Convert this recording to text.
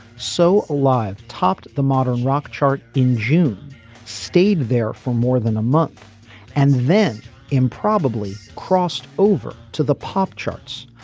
so alive topped the modern rock chart in june stayed there for more than a month and then improbably crossed over to the pop charts.